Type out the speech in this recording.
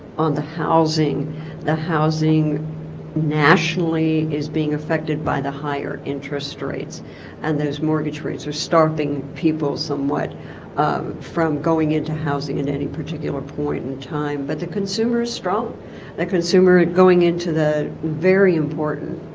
on the housing the housing nationally is being affected by the higher interest rates and those mortgage rates are starving people somewhat um from going into housing at any particular point in time but the consumer is strong that consumer it going into the very important